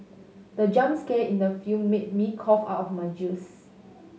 the jump scare in the film made me cough out my juice